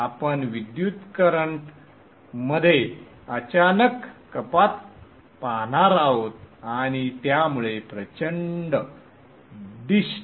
आपण विद्युत करंटमध्ये अचानक कपात पाहणार आहोत आणि त्यामुळे प्रचंड डिस्ट